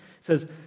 says